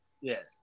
Yes